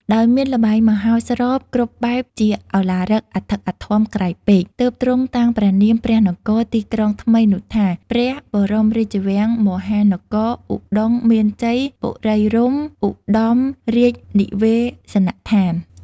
ដោយមានល្បែងមហោស្រពគ្រប់បែបជាឧឡារិកអធិកអធមក្រៃពេក ទើបទ្រង់តាំងព្រះនាមព្រះនគរ (ទីក្រុង) ថ្មីនោះថា " ព្រះបរមរាជវាំងមហានគរ ឧត្តុង្គមានជ័យបុរីរម្យឧត្ដមរាជនិវេសនដ្ឋាន "